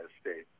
State